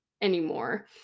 anymore